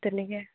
তেনেকে